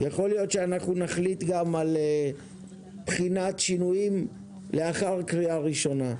יכול להיות שנחליט על בחינת שינויים לאחר הקריאה הראשונה.